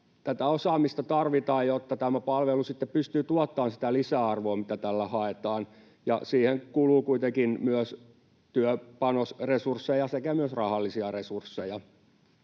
Tätä osaamista tarvitaan, jotta tämä palvelu sitten pystyy tuottamaan sitä lisäarvoa, mitä tällä haetaan, ja siihen kuluu kuitenkin myös työpanosresursseja sekä myös rahallisia resursseja.